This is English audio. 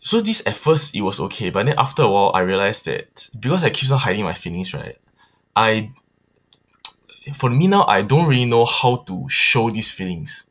so this at first it was okay but then after awhile I realised that because I keeps on hiding my feelings right I for me now I don't really know how to show these feelings